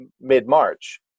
mid-March